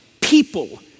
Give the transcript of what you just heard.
people